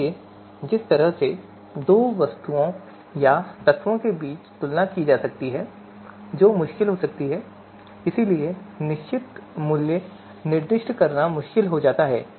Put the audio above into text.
इसलिए जिस तरह से दो वस्तुओं या तत्वों के बीच तुलना की जा सकती है जो मुश्किल हो सकती है इसलिए निश्चित मूल्य निर्दिष्ट करना बहुत मुश्किल हो सकता है